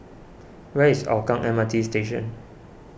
where is Hougang M R T Station